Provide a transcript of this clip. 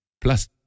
Plus